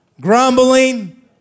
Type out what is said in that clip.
grumbling